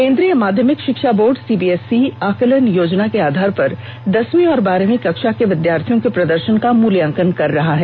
केन्द्रीय माध्यमिक शिक्षा बोर्ड सीबीएसई आकलन योजना के आधार पर दसवीं और बारहवीं कक्षा के विद्यार्थियों के प्रदर्शन का मुल्यांकन कर रहा है